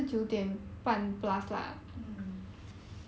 mm so mm